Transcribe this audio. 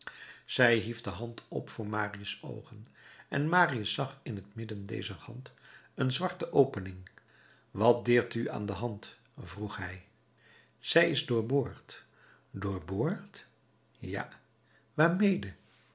zij hief de hand op voor marius oogen en marius zag in t midden dezer hand een zwarte opening wat deert u aan de hand vroeg hij zij is doorboord doorboord ja waarmede